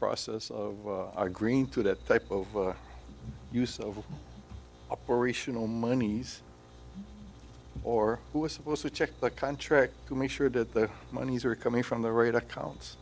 process of our green to that type of use of operational monies or who is supposed to check the contract to make sure that the monies are coming from the right accounts